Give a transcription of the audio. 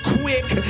quick